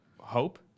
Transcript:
Hope